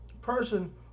person